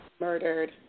Murdered